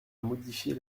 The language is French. modifier